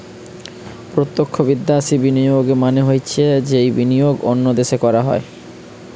প্রত্যক্ষ বিদ্যাশি বিনিয়োগ মানে হৈছে যেই বিনিয়োগ অন্য দেশে করা হয়